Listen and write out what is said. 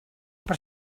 per